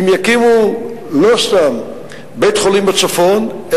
האם יקימו לא סתם בית-חולים בצפון,